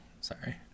sorry